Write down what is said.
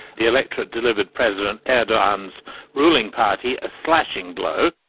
the electorate delivered president erdogan's ruling party a slashing blow.